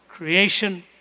creation